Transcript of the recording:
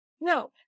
no